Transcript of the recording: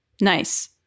Nice